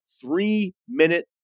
three-minute